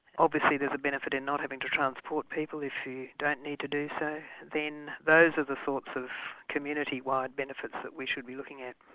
obviously there's a benefit in not having to transport people if you don't need to do so, then those are the sorts of community-wide benefits that we should be looking at.